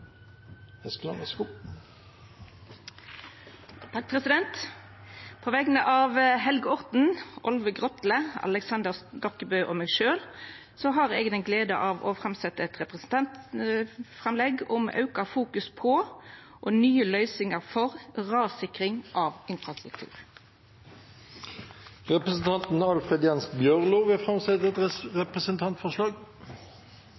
Eskeland vil framsette et representantforslag. På vegner av representantane Helge Orten, Olve Grotle, Aleksander Stokkebø og meg sjølv har eg gleda av å setja fram eit representantframlegg om auka fokus på og nye løysingar for rassikring av infrastruktur. Representanten Alfred Jens Bjørlo vil framsette et